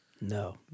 No